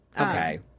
Okay